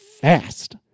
fast